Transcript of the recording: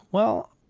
well,